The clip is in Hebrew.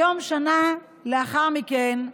היום, שנה לאחר מכן,